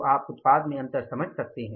तो आप उत्पाद में अंतर समझ सकते हैं